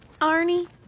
Arnie